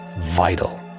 vital